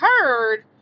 heard